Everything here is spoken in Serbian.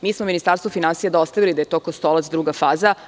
Mi smo Ministarstvu finansija dostavili da je to Kostolac druga faza.